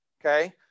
Okay